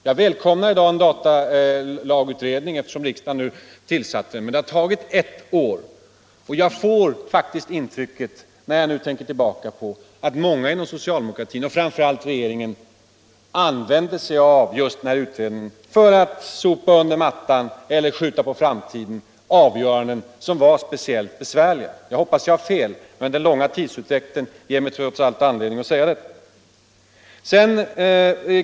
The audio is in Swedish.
Jag välkomnar i dag en datalazsutredning, men det har tagit ett år att få den tillsatt, och jag får faktiskt intrycket, när jag nu tänker tillbaka, att många inom socialdemokratir. och framför allt regeringen använde sig av just den här utredningen för att sopa under mattan eller skjuta på framtiden avgöranden som var speciellt besvärliga. Jag hoppas att jag har fel, men den långa tidsutdräkten ger mig trots allt anledning att säga detta.